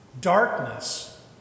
Darkness